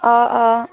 অঁ অঁ